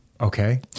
Okay